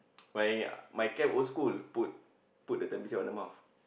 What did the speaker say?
my my camp old school put put the temperature on the mouth